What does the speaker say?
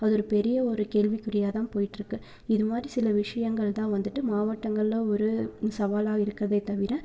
அது ஒரு பெரிய ஒரு கேள்வி குறியாக தான் போய்கிட்ருக்கு இதுமாதிரி சில விஷியங்கள் தான் வந்துட்டு மாவட்டங்கள்ல ஒரு சவாலாக இருக்குதே தவிர